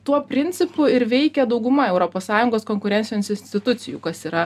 tuo principu ir veikia dauguma europos sąjungos konkurencijons institucijų kas yra